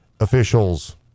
Officials